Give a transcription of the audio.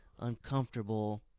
uncomfortable